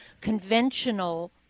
conventional